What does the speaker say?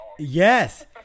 Yes